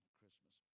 Christmas